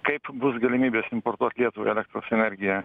kaip bus galimybės importuot lietuvai elektros energiją